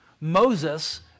Moses